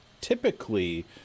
typically